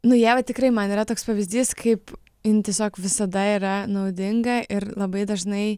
nu ieva tikrai man yra toks pavyzdys kaip jin tiesiog visada yra naudinga ir labai dažnai